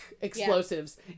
explosives